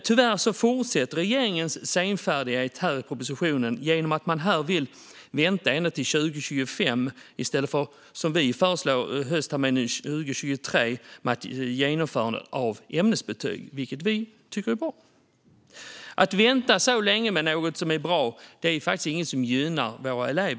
Tyvärr fortsätter regeringens senfärdighet genom att man i propositionen meddelar att man vill vänta ända till 2025 i stället för, som vi föreslår, höstterminen 2023 med ett genomförande av ämnesbetyg, som vi tycker är bra. Att vänta så länge med något som är bra är inget som gynnar våra elever.